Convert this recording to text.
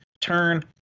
turn